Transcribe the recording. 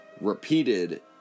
repeated